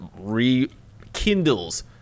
rekindles